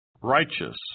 Righteous